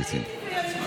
אני ראיתי והגבתי.